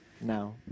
now